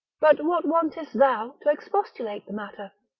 but what wantest thou, to expostulate the matter?